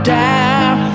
down